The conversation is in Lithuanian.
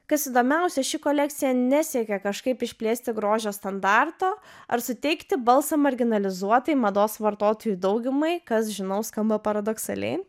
kas įdomiausia ši kolekcija nesiekia kažkaip išplėsti grožio standarto ar suteikti balsą marginalizuotai mados vartotojų daugumai kas žinau skamba paradoksaliai